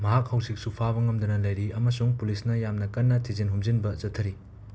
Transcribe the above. ꯃꯍꯥꯛ ꯍꯧꯖꯤꯛꯁꯨ ꯐꯥꯕ ꯉꯝꯗꯅ ꯂꯩꯔꯤ ꯑꯃꯁꯨꯡ ꯄꯨꯂꯤꯁꯅ ꯌꯥꯝꯅ ꯀꯟꯅ ꯊꯤꯖꯤꯟ ꯍꯨꯝꯖꯤꯟꯕ ꯆꯊꯔꯤ